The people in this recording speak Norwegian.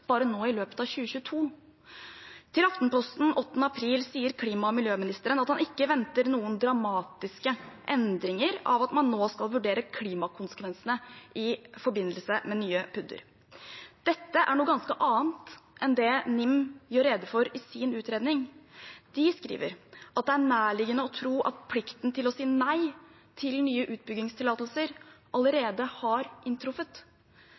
bare nå i løpet av 2022. Til Aftenposten 8. april sier klima- og miljøministeren at han ikke venter noen dramatiske endringer av at man nå skal vurdere klimakonsekvensene i forbindelse med nye PUD-er. Dette er noe ganske annet enn det NIM gjør rede for i sin utredning. De skriver at det er nærliggende å tro at plikten til å si nei til nye utvinningstillatelser allerede har inntruffet.